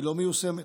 לא מיושמת,